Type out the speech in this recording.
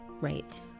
Right